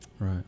Right